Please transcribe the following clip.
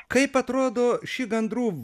kaip atrodo ši gandrų